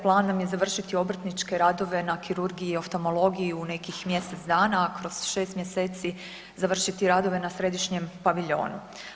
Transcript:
Plan nam je završiti obrtničke radove na kirurgiji i oftalmologiji u nekih mjesec dana, kroz 6 mjeseci završiti radove na središnjem paviljonu.